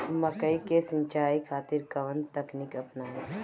मकई के सिंचाई खातिर कवन तकनीक अपनाई?